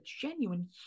genuine